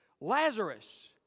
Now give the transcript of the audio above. Lazarus